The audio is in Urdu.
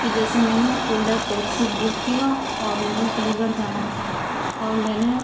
کہ جیسے میں نے اولا ٹیکسی بک کیا اور مجھے علی گڑھ جانا تھا اور میں نے